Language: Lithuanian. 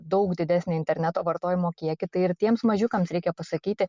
daug didesnį interneto vartojimo kiekį tai ir tiems mažiukams reikia pasakyti